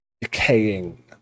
decaying